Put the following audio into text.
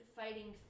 fighting